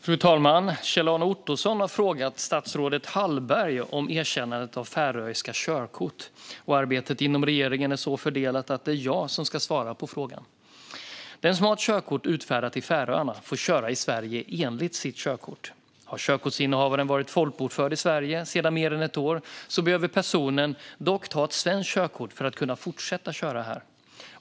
Fru talman! Kjell-Arne Ottosson har frågat stadsrådet Hallberg om erkännande av färöiska körkort. Arbetet inom regeringen är så fördelat att det är jag som ska svara på frågan. Den som har ett körkort utfärdat i Färöarna får köra i Sverige enligt sitt körkort. Har körkortsinnehavaren varit folkbokförd i Sverige i mer än ett år behöver personen dock ta ett svenskt körkort för att kunna fortsätta köra här.